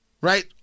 right